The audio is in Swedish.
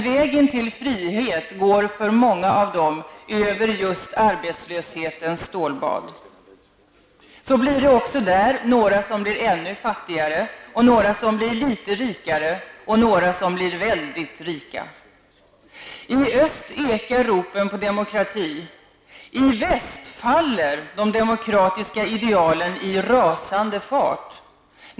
Vägen till frihet går emellertid för många av dem över arbetslöshetens stålbad. Även där blir några ännu fattigare, några blir litet rikare och ytterligare några blir mycket rika. I öst ekar ropen på demokrati. I väst faller däremot de demokratiska idealen i rasande fart.